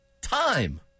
time